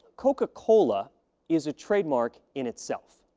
coca-cola is a trademark in itself,